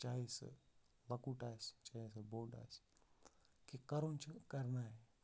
چاہے سُہ لۄکُٹ آسہِ چاہے سُہ بوٚڑ آسہِ کہِ کَرُن چھِ کَرنا ہے